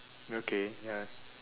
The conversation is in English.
okay ya